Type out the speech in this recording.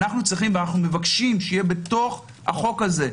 אנו מבקשים שיהיה בחוק הזה,